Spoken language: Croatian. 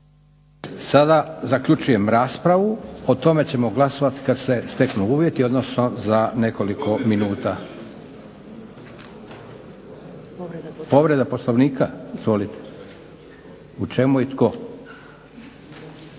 Sada zaključujem raspravu. O tome ćemo glasovati kad se steknu uvjeti odnosno za nekoliko minuta. Povreda Poslovnika izvolite, u čemu i tko?